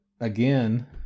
again